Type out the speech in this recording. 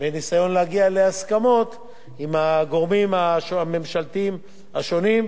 וניסיון להגיע להסכמות עם הגורמים הממשלתיים השונים,